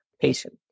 patient